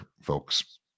folks